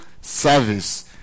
service